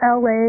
LA